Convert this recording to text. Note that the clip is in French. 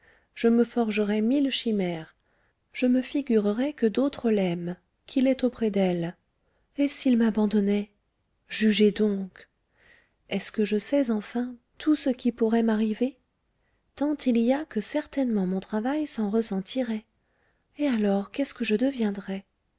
je me forgerais mille chimères je me figurerais que d'autres l'aiment qu'il est auprès d'elles et s'il m'abandonnait jugez donc est-ce que je sais enfin tout ce qui pourrait m'arriver tant il y a que certainement mon travail s'en ressentirait et alors qu'est-ce que je deviendrais